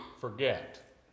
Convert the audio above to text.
forget